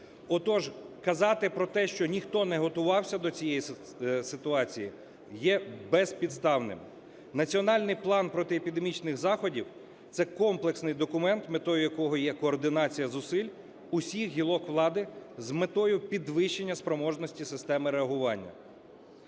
Отож казати про те, що ніхто не готувався до цієї ситуації, є безпідставним. Національний план протиепідемічних заходів – це комплексний документ, метою якого є координація зусиль усіх гілок влади з метою підвищення спроможності системи реагування.